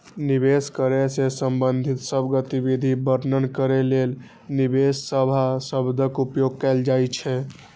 निवेश करै सं संबंधित सब गतिविधि वर्णन करै लेल निवेश सेवा शब्दक उपयोग कैल जाइ छै